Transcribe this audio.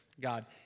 God